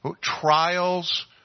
Trials